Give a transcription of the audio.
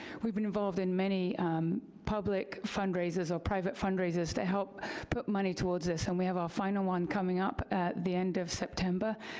we've been involved in many public fundraisers or private fundraisers to help put money towards this, and we have our final one coming up at the end of september.